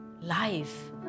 life